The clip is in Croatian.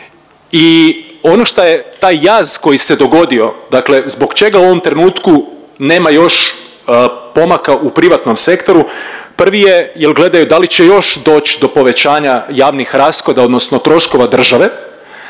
I ono šta je taj jaz koji se dogodio dakle zbog čega u ovom trenutku nema još pomaka u privatnom sektoru? Prvi je jel gledaju da li će još doć do povećanja javnih rashoda odnosno troškova države.